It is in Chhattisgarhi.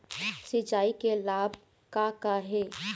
सिचाई के लाभ का का हे?